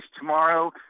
tomorrow